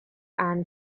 own